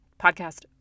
Podcast